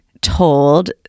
told